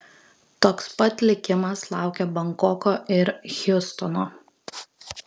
toks pat likimas laukia bankoko ir hjustono